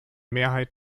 mehrheit